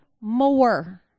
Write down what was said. more